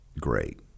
great